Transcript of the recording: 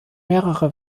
mehrere